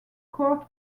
court